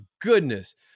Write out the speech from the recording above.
goodness